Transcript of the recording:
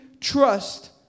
trust